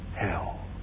hell